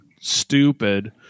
stupid